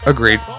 Agreed